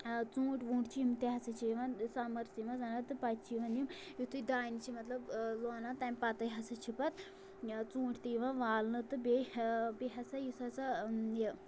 ژوٗنٛٹھۍ ووٗنٛٹھۍ چھِ یِم تہِ ہسا چھِ یِوان سَمرسٕے منٛز اَنان تہٕ پَتہٕ چھِ یِوان یِم یِتھُے دانہِ چھِ مطلب لونان تَمہِ پَتَے ہسا چھِ پَتہٕ ژوٗنٛٹھۍ تہِ یِوان والنہٕ تہٕ بیٚیہِ بیٚیہِ ہسا یُس ہسا یہِ